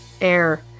air